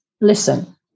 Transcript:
listen